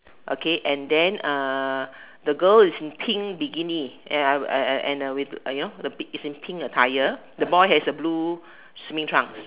okay and then the girl is in pink bikini you know it's a pink attire and the boy have a blue swimming trunk